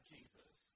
Jesus